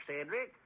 Cedric